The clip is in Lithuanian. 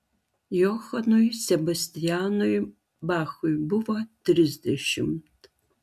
johanui sebastianui bachui buvo trisdešimt